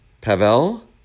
Pavel